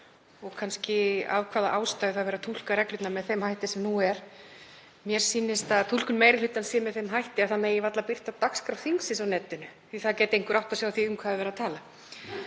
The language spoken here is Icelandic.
og kannski af hvaða ástæðu er verið að túlka reglurnar með þeim hætti sem nú er. Mér sýnist að túlkun meiri hlutans sé með þeim hætti að það megi varla birta dagskrá þingsins á netinu því að þá gæti einhver áttað sig á því um hvað verið er að tala.